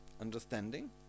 understanding